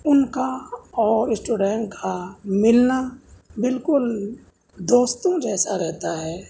ان کا اور اسٹوڈنٹ کا ملنا بالکل دوستوں جیسا رہتا ہے